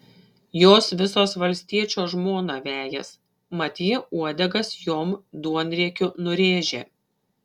jos visos valstiečio žmoną vejas mat ji uodegas joms duonriekiu nurėžė